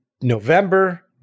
November